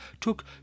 took